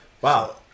Wow